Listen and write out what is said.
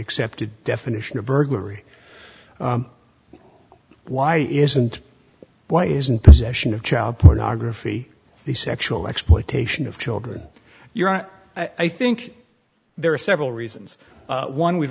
accepted definition of burglary why isn't why isn't possession of child pornography the sexual exploitation of children you're on i think there are several reasons one we've